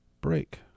break